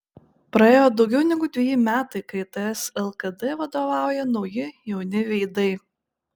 praėjo daugiau negu dveji metai kai ts lkd vadovauja nauji jauni veidai